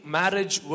marriage